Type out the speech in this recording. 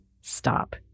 stop